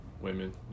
Women